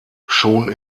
schon